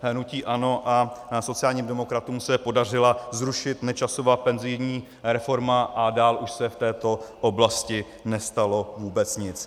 Hnutí ANO a sociálním demokratům se podařilo zrušit Nečasovu penzijní reformu a dál už se v této oblasti nestalo vůbec nic.